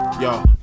Yo